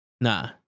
Nah